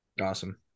Awesome